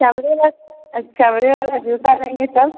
चमड़े वा चमड़े वाला जूता लेंगे तब